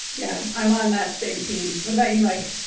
yeah, i'm on that same team. what about you, mike?